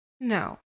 No